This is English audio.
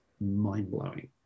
mind-blowing